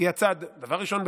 דבר ראשון,